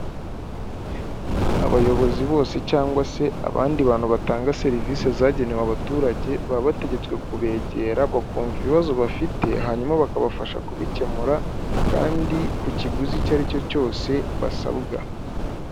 Abayobozi bose cyangwa se abandi bantu batanga serivisi zagenewe abaturage, baba bategetswe kubegera bakumva ibibazo bafite hanyuma bakabafasha kubikemura, kandi ku kiguzi icyo ari cyo cyose basabwa.